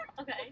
okay